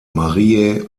mariä